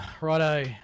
Righto